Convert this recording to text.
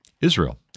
Israel